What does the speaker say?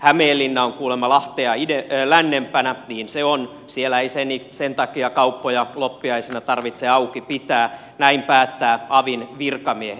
hämeenlinna on kuulemma lahtea lännempänä niin se on siellä ei sen takia kauppoja loppiaisena tarvitse auki pitää näin päättävät avin virkamiehet